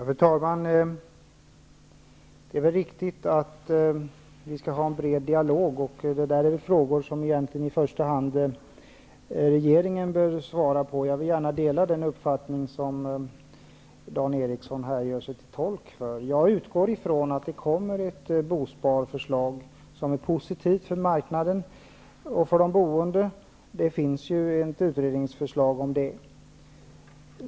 Fru talman! Det är riktigt att vi skall ha en bred dialog. Detta är frågor som i första hand regeringen bör svara på. Jag delar gärna den uppfattning som Dan Eriksson i Stockholm här gör sig till tolk för. Jag utgår från att det kommer ett bosparförslag som är positivt för marknaden och för de boende. Det finns ett utredningsförslag om det.